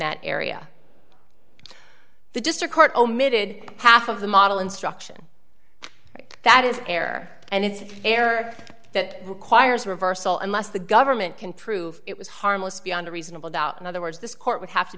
that area the district court omitted half of the model instruction that is fair and it's fair that requires a reversal unless the government can prove it was harmless beyond a reasonable doubt in other words this court would have to